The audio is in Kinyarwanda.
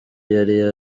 yari